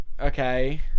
okay